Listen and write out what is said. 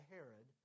Herod